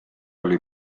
oli